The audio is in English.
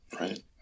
Right